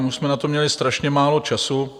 My už jsme na to měli strašně málo času.